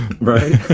Right